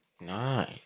Nice